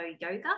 yoga